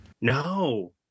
No